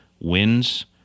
wins